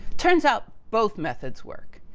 turns out both methods work.